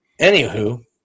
anywho